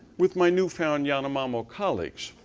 with my newfound yanomami colleagues.